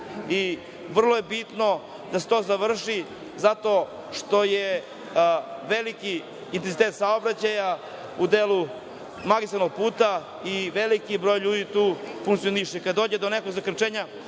Vrlo je bitno da se to završi zato što je veliki intenzitet saobraćaja u delu magistralnog puta i veliki broj ljudi tu funkcioniše. Kad dođe do nekog zakrčenja,